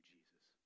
Jesus